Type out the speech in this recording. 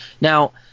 now